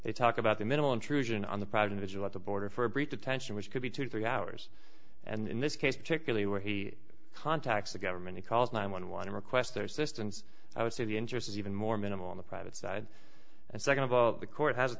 they talk about the minimal intrusion on the private a lot of border for brief detention which could be two to three hours and in this case particularly where he contacts the government he calls nine one one a request their assistance i would say the interest is even more minimal on the private side and second of all the court has a